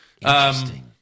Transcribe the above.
Interesting